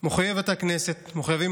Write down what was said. הכנסת מחויבת,